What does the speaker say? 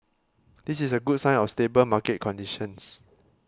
this is a good sign of stable market conditions